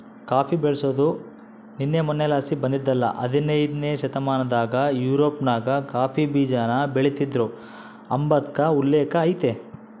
coffee ಬೆಳ್ಸಾದು ನಿನ್ನೆ ಮನ್ನೆಲಾಸಿ ಬಂದಿದ್ದಲ್ಲ ಹದನೈದ್ನೆ ಶತಮಾನದಾಗ ಯುರೋಪ್ನಾಗ ಕಾಫಿ ಬೀಜಾನ ಬೆಳಿತೀದ್ರು ಅಂಬಾದ್ಕ ಉಲ್ಲೇಕ ಐತೆ